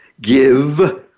give